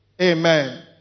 Amen